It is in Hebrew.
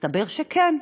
מסתבר שכן.